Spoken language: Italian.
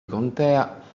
contea